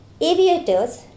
aviators